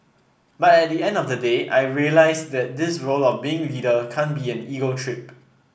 but at the end of the day I realised that this role of being leader can't be an ego trip